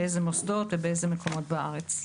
באילו מוסדות ובאילו מקומות בארץ.